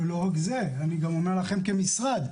גם כמשרד,